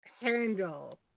handle